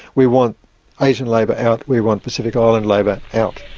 we want asian labour out, we want pacific island labour out.